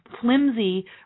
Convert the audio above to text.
flimsy